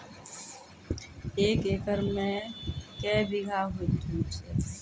एक एकरऽ मे के बीघा हेतु छै?